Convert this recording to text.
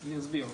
-- אני אסביר.